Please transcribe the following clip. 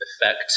effect